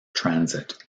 transit